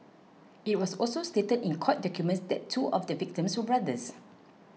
it was also stated in court documents that two of the victims were brothers